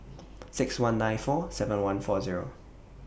six one nine four seven one four Zero